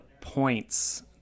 points